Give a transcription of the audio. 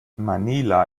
manila